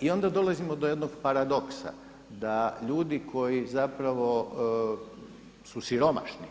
I onda dolazimo do jednog paradoksa, da ljudi koji zapravo su siromašni